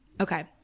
Okay